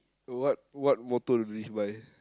what what motto you live by